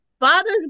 fathers